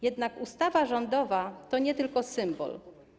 Jednak ustawa rządowa to nie tylko symbol.